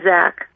Zach